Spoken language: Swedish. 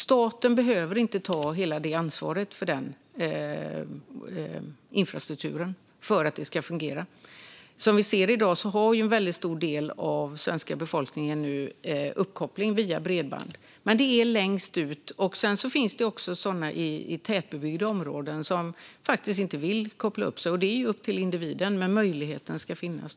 Staten behöver inte ta hela ansvaret för infrastrukturen och för att det ska fungera. Som vi ser har ju en väldigt stor del av den svenska befolkningen uppkoppling via bredband i dag, men det är längst ut man behöver hjälpa till. Sedan finns det också sådana i tätbebyggda områden som faktiskt inte vill koppla upp sig, och det är ju upp till individen. Men möjligheten ska finnas.